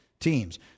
teams